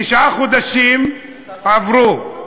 תשעה חודשים עברו,